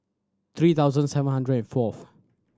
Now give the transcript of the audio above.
three thousand seven hundred and fourth